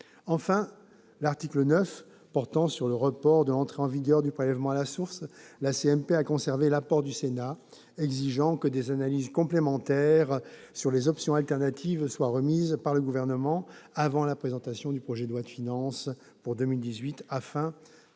Enfin, à l'article 9 portant sur le report de l'entrée en vigueur du prélèvement à la source, la CMP a conservé l'apport du Sénat exigeant que des analyses complémentaires sur les options alternatives soient remises par le Gouvernement avant la présentation du projet de loi de finances pour 2018, afin que